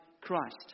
Christ